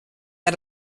had